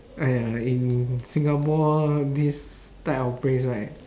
!aiya! in singapore this type of place right